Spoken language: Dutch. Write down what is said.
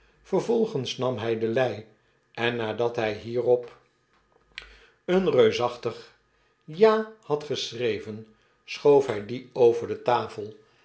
vervolgens nam hy de lei en naflat hy hierop de veegadering it een reusachtig ja had geschreven schoofhy die over de ufel